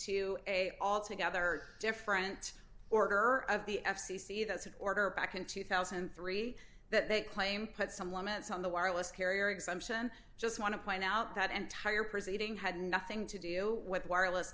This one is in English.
to a altogether different order of the f c c that's an order back in two thousand and three that they claim put some limits on the wireless carrier exemption just want to point out that entire proceeding had nothing to do with wireless